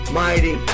mighty